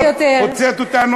הוצאת אותנו,